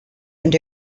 and